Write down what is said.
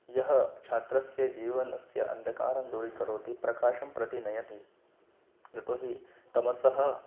यः छात्रस्य जीवनस्य अन्धःकारं दूरिकरोति प्रकाशं प्रति नयति यतो हि तमसः